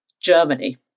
Germany